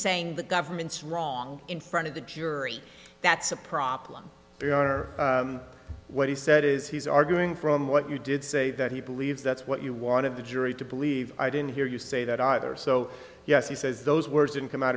saying the government's wrong in front of the jury that's a problem what he said is he's arguing from what you did say that he believes that's what you want of the jury to believe i didn't hear you say that either so yes he says those words in come out